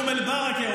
איזו הסתה?